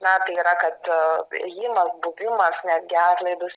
na tai yra kad ėjimas buvimas netgi atlaidus